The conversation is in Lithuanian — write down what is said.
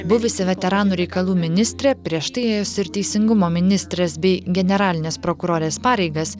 buvusi veteranų reikalų ministrė prieš tai ėjusi ir teisingumo ministrės bei generalinės prokurorės pareigas